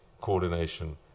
coordination